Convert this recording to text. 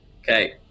Okay